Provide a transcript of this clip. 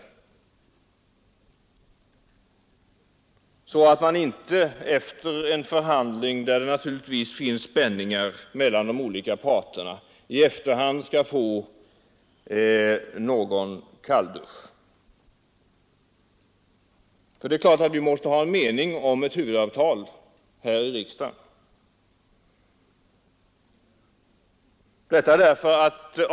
Avsikten är att man inte efter en förhandling, där det naturligtvis finns spänningar mellan de olika parterna, skall få någon kalldusch. Det är klart att vi måste ha en mening om ett huvudavtal här i riksdagen.